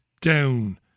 down